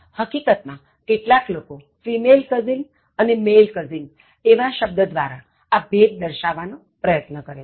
હકીકત માં કેટલાક લોકો female cousin અને male cousin એવા શબ્દ દ્વારા આ ભેદ દર્શાવવા નો પ્રયત્ન કરે છે